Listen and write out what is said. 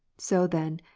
so then,